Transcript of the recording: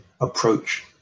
approach